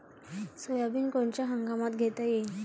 Soybean कोनच्या हंगामात घेता येईन?